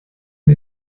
mir